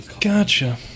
Gotcha